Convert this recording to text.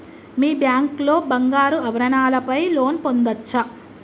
మీ bank లో బంగారు ఆభరణాల పై లోన్ పొందచ్చా?